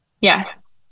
Yes